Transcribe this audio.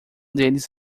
deles